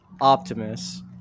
Optimus